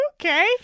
okay